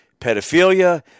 pedophilia